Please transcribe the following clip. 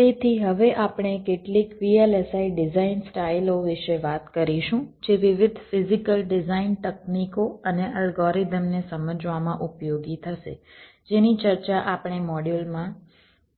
તેથી હવે આપણે કેટલીક VLSI ડિઝાઇન સ્ટાઈલ ઓ વિશે વાત કરીશું જે વિવિધ ફિઝીકલ ડિઝાઇન તકનીકો અને અલ્ગોરિધમ ને સમજવામાં ઉપયોગી થશે જેની ચર્ચા આપણે મોડ્યુલ માં